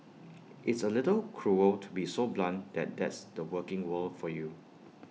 it's A little cruel to be so blunt that that's the working world for you